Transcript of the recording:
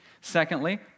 Secondly